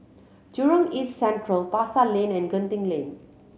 Jurong East Central Pasar Lane and Genting Lane